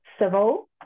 civil